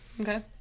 okay